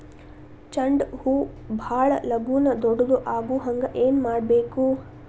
ಚಂಡ ಹೂ ಭಾಳ ಲಗೂನ ದೊಡ್ಡದು ಆಗುಹಂಗ್ ಏನ್ ಮಾಡ್ಬೇಕು?